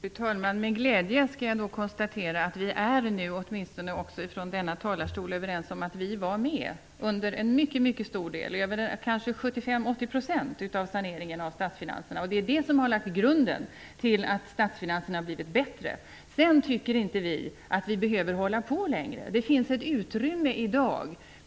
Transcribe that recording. Fru talman! Med glädje skall jag då konstatera att vi nu, åtminstone från denna talarstol, är överens om att vi var med under en mycket stor del, kanske 75 %- 80 %, av saneringen av statsfinanserna. Det är det som har lagt grunden till att statsfinanserna har blivit bättre. Sedan tycker inte vi att vi behöver hålla på längre. Det finns ett utrymme i dag.